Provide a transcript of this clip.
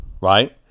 right